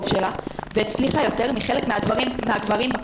שלה והצליחה יותר מחלק מן הגברים בקורס,